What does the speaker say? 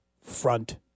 front